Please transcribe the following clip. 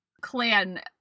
clan